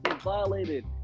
violated